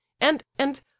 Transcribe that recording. and-and